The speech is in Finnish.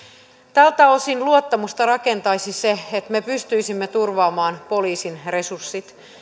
tältä osin luottamusta rakentaisi se että me pystyisimme turvaamaan poliisin resurssit